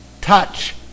touch